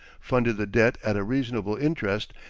funded the debt at a reasonable interest,